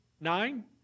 Nine